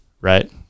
right